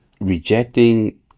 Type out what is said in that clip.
rejecting